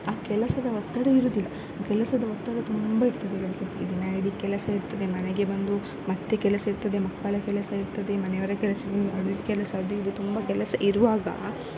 ಆ ಕೆಲಸದ ಒತ್ತಡ ಇರೋದಿಲ್ಲ ಕೆಲಸದ ಒತ್ತಡ ತುಂಬ ಇರ್ತದೆ ಕೆಲವು ಸರತಿ ದಿನ ಇಡೀ ಕೆಲಸ ಇರ್ತದೆ ಮನೆಗೆ ಬಂದು ಮತ್ತು ಕೆಲಸ ಇರ್ತದೆ ಮಕ್ಕಳ ಕೆಲಸ ಇರ್ತದೆ ಮನೆಯವರ ಕೆಲಸ ಅಡುಗೆ ಕೆಲಸ ಅದು ಇದು ತುಂಬ ಕೆಲಸ ಇರುವಾಗ